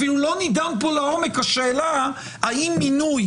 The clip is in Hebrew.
אפילו לא נדונה כאן לעומק השאלה האם מינוי